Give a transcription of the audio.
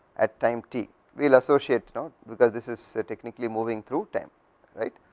at time t, we will associate know, because this is technically moving through time right,